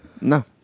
No